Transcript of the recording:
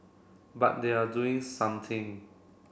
but they are doing something